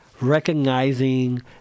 recognizing